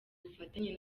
bufatanye